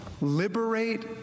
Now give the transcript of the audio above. Liberate